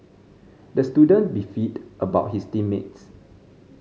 the student beefed about his team mates